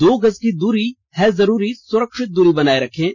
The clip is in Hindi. दो गज की दूरी है जरूरी सुरक्षित दूरी बनाए रखें